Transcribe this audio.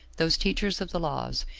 those teachers of the laws,